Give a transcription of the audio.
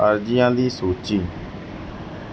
ਅਰਜ਼ੀਆਂ ਦੀ ਸੂਚੀ